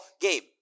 game